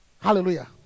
Hallelujah